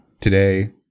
Today